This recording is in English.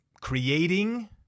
creating